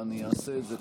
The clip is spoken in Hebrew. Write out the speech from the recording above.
ואני אעשה את זה,